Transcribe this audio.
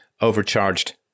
overcharged